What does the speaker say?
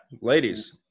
Ladies